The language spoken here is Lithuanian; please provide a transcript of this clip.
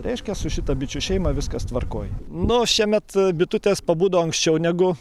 reiškia su šita bičių šeima viskas tvarkoj nu šiemet bitutės pabudo anksčiau negu